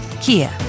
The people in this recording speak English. Kia